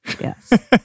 yes